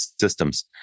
systems